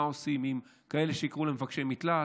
מה עושים עם כאלה שיש שיקראו להם "מבקשי מקלט",